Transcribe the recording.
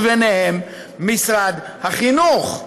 וביניהם משרד החינוך.